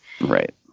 Right